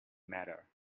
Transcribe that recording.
matter